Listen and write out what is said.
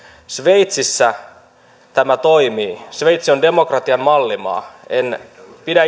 sveitsissä tämä toimii sveitsi on demokratian mallimaa en itse pidä